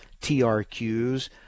TRQs